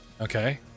Okay